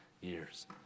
years